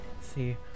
See